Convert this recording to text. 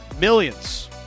millions